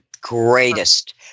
greatest